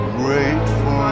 grateful